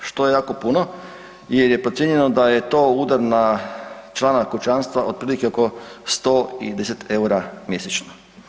Što je jako puno jer je procijenjeno da je to udar na člana kućanstva otprilike oko 110 EUR-a mjesečno.